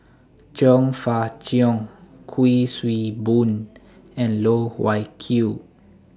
Chong Fah Cheong Kuik Swee Boon and Loh Wai Kiew